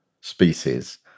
species